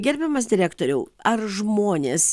gerbiamas direktoriau ar žmonės